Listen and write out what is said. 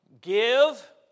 Give